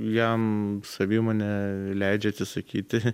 jam savimonė leidžia atsisakyti